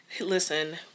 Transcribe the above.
listen